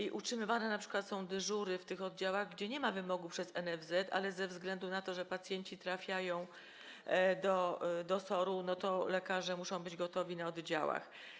I utrzymywane np. są dyżury w tych oddziałach, gdzie nie ma wymogu przez NFZ, ale ze względu na to, że pacjenci trafiają na SOR, lekarze muszą być gotowi na oddziałach.